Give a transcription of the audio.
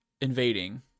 invading